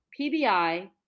PBI